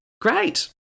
Great